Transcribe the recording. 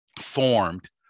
formed